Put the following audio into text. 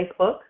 Facebook